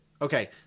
Okay